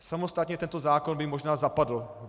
Samostatně by tento zákon možná zapadl.